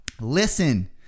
Listen